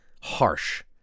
harsh